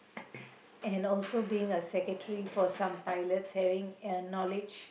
and also being a secretary for some pilots having uh knowledge